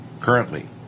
currently